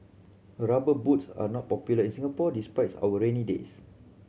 Rubber Boots are not popular in Singapore despite our rainy days